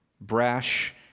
brash